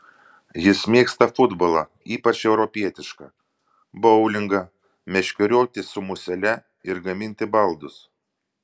jis mėgsta futbolą ypač europietišką boulingą meškerioti su musele ir gaminti baldus